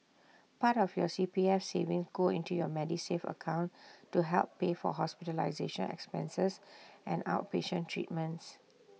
part of your C P F savings go into your Medisave account to help pay for hospitalization expenses and outpatient treatments